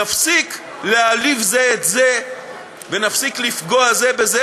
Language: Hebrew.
נפסיק להעליב זה את זה ונפסיק לפגוע זה בזה,